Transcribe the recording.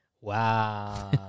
Wow